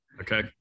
Okay